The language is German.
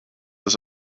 das